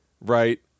right